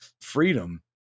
Freedom